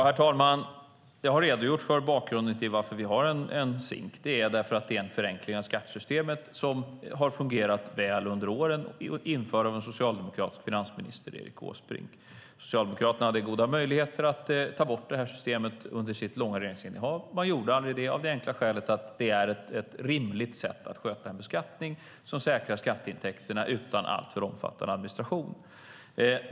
Herr talman! Jag har redogjort för bakgrunden till att vi har en SINK, Det är att det är en förenkling av skattesystemet som har fungerat väl under åren, införd av en socialdemokratisk finansminister, Erik Åsbrink. Socialdemokraterna hade goda möjligheter att ta bort det här systemet under sitt långa regeringsinnehav. De gjorde aldrig det, av det enkla skälet att det är ett rimligt sätt att sköta en beskattning som säkrar skatteintäkterna utan alltför omfattande administration.